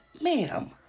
ma'am